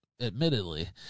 admittedly